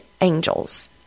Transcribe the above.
angels